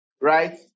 Right